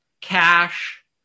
cash